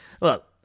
Look